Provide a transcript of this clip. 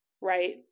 right